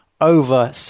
over